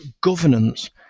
governance